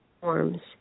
forms